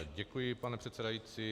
Děkuji, pane předsedající.